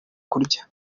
kurya